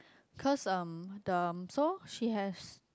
cause um the so she has